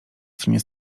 stronie